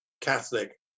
Catholic